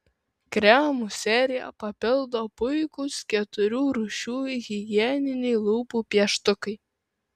kremų seriją papildo puikūs keturių rūšių higieniniai lūpų pieštukai